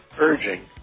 urging